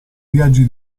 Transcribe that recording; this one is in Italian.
viaggi